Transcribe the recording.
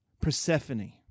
Persephone